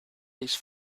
these